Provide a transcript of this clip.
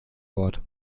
wort